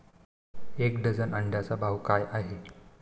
एक डझन अंड्यांचा भाव काय आहे?